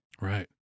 Right